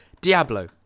Diablo